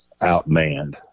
outmanned